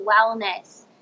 wellness